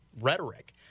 rhetoric